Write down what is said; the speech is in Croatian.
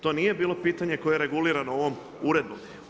To nije bilo pitanje, koje je regulirano ovom uredbom.